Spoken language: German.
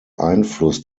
einfluss